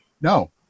No